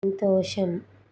సంతోషం